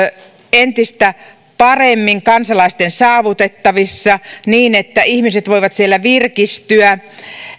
entistä paremmin kansalaisten saavutettavissa niin että ihmiset voivat siellä virkistyä